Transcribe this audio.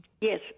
Yes